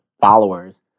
followers